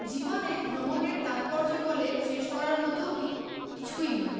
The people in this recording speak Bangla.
জীবনে ভ্রমণের তাৎপর্য বলে শেষ করার মতো কিছুই নয়